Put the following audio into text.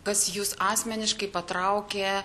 kas jus asmeniškai patraukė